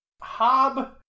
Hob